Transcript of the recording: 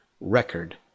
record